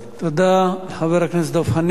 תודה לחבר הכנסת דב חנין.